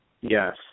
Yes